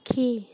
পাখি